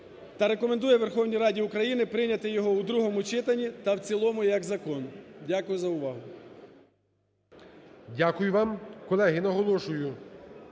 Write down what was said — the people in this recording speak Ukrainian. та рекомендує Верховній Раді України прийняти його у другому читанні та в цілому як закон. Дякую за увагу. ГОЛОВУЮЧИЙ. Дякую вам. Колеги, наголошую,